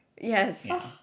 Yes